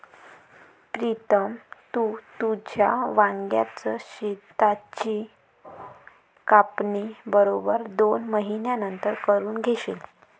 प्रीतम, तू तुझ्या वांग्याच शेताची कापणी बरोबर दोन महिन्यांनंतर करून घेशील